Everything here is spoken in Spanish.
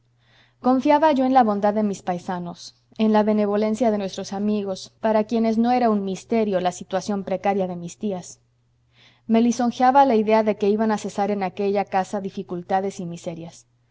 confiaba yo en la bondad de mis paisanos en la benevolencia de nuestros amigos para quienes no era un misterio la situación precaria de mis tías me lisonjeaba la idea de que iban a cesar en aquella casa dificultades y miserias